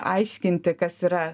aiškinti kas yra